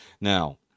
now